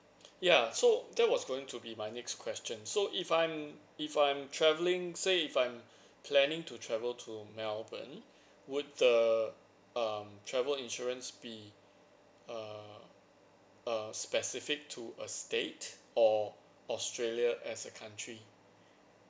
ya so there was going to be my next question so if I'm if I'm travelling say if I'm planning to travel to melbourne would the um travel insurance be a a specific to a state or australia as a country